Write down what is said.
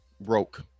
broke